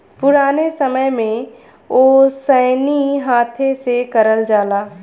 पुराने समय में ओसैनी हाथे से करल जाला